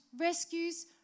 Rescues